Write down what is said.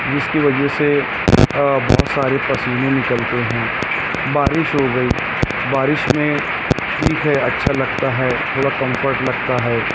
جس کی وجہ سے بہت سارے پسینے نکلتے ہیں بارش ہو گئی بارش میں ٹھیک ہے اچھا لگتا ہے تھوڑا کمفرٹ لگتا ہے